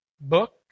book